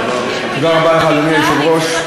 אדוני היושב-ראש,